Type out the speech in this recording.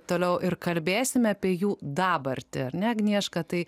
toliau ir kalbėsime apie jų dabartį ar ne agnieška tai